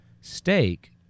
steak